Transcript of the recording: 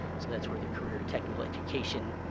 so that's where the career technical education